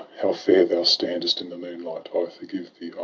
how fair thou standest in the moonlight! i forgive thee,